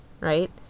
right